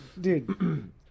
dude